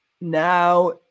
Now